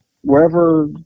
wherever